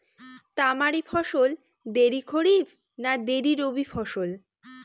তামারি ফসল দেরী খরিফ না দেরী রবি ফসল?